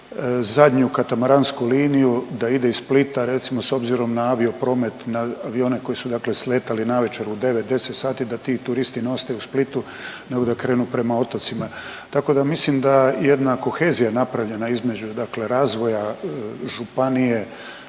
zadnju katamaransku liniju da ide iz Splita recimo s obzirom na aviopromet na avione koji su dakle sletali dakle navečer u 9, 10 sati da ti turisti ne ostaju u Splitu nego da krenu prema otocima. Tako da mislim jedna kohezija je napravljena između dakle razvoja županije